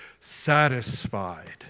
satisfied